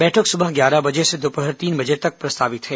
बैठक सुबह ग्यारह बजे से दोपहर तीन बजे तक प्रस्तावित है